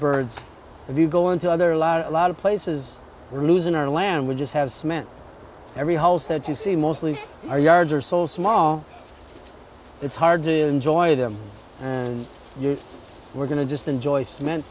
birds if you go into other a lot a lot of places we're losing our land we just have cement every house that you see mostly our yards are so small it's hard to enjoy them and you were going to just enjoy